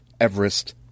Everest